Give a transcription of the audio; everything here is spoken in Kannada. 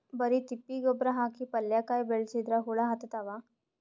ಬರಿ ತಿಪ್ಪಿ ಗೊಬ್ಬರ ಹಾಕಿ ಪಲ್ಯಾಕಾಯಿ ಬೆಳಸಿದ್ರ ಹುಳ ಹತ್ತತಾವ?